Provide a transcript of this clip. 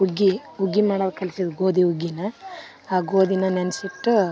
ಹುಗ್ಗಿ ಹುಗ್ಗಿ ಮಾಡೋದ್ ಕಲ್ಸಿದು ಗೋಧಿ ಹುಗ್ಗಿ ಆ ಗೋಧಿ ನೆನೆಸಿಟ್ಟು